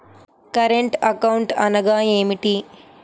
Current account అనగా ఏమిటి?